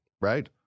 right